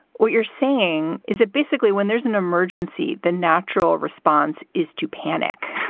what you're saying is that basically when there's an emergency, the natural response is to panic